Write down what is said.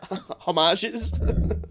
homages